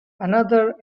another